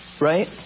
right